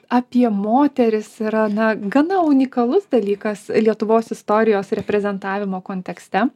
apie moteris yra na gana unikalus dalykas lietuvos istorijos reprezentavimo kontekste